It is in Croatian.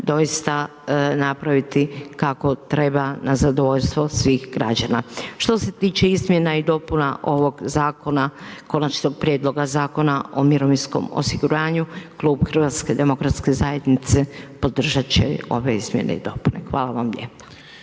doista napraviti kako treba na zadovoljstvo svih građana. Što se tiče izmjena i dopuna ovog zakona konačnog prijedloga Zakona o mirovinskom osiguranju, klub Hrvatske demokratske zajednice podržat će ove izmjene i dopune. Hvala vam lijepa.